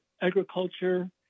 agriculture